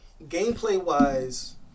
Gameplay-wise